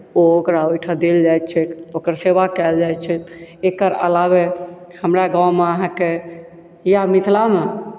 ओ ओकरा ओहिठाम देल जाइत छैक ओकर सेवा कयल जाइत छैक एकर अलावे हमरा गाँवमे अहाँके या मिथिलामे